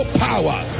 power